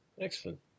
Excellent